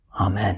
Amen